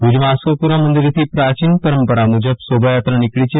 ભુજમાં આશાપુરા મંદિરેથી પ્રાચીન પરંપરા મુજબ શોભાયાત્રા નીકળી છે